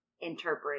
interpret